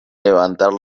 levantar